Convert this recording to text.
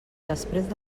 després